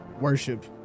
worship